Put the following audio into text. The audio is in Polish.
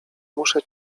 muszę